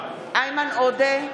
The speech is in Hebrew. איימן עודה,